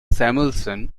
samuelson